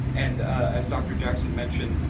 and as dr jackson mentioned,